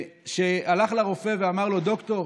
שהלך לרופא ואמר לו: דוקטור,